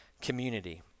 community